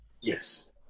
Yes